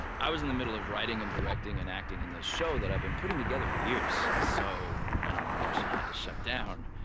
i was in the middle of writing and directing and acting in this show that i've been putting together for years. so, when our production had to shut down,